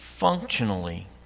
Functionally